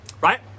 right